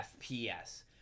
FPS